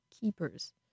Keepers